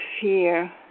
fear